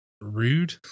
rude